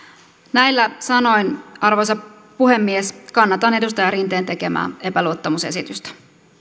näillä sanoin arvoisa puhemies kannatan edustaja rinteen tekemää epäluottamusesitystä